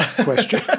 question